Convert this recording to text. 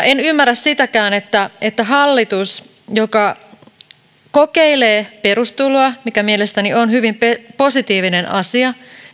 en ymmärrä sitäkään että sama hallitus joka kokeilee perustuloa mikä on mielestäni positiivinen asia